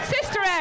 Sister